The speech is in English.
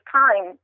time